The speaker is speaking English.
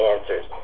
answers